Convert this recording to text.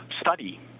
study